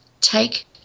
take